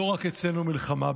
לא רק אצלנו מלחמה.